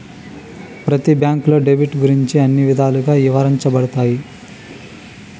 ప్రతి బ్యాంకులో డెబిట్ గురించి అన్ని విధాలుగా ఇవరించబడతాయి